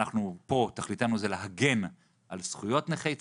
ותכליתנו פה היא להגן על זכויות נכי צה"ל.